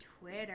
Twitter